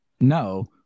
No